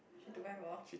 she don't mind for